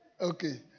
Okay